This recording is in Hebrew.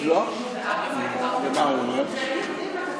באפריל 2021,